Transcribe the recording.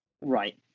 right